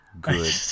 Good